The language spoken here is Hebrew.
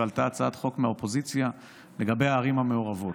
ועלתה הצעת חוק מהאופוזיציה לגבי הערים המעורבות,